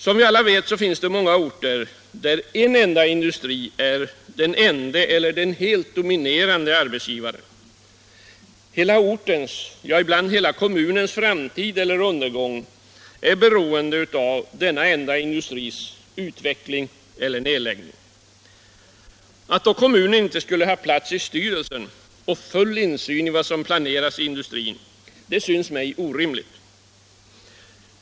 Som vi alla vet finns det många orter där en industri är den enda eller den helt dominerande arbetsgivaren. Hela ortens, ja, ibland hela kommunens, framtid eller undergång är beroende av denna enda industris utveckling eller nedläggning. Att kommunen inte då skulle ha plats i styrelsen och full insyn i vad som planeras i industrin syns mig orimligt.